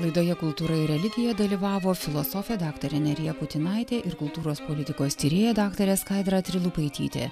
laidoje kultūra ir religija dalyvavo filosofė daktarė nerija putinaitė ir kultūros politikos tyrėja daktarė skaidra trilupaitytė